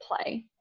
play